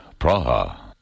Praha